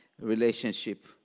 relationship